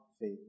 faith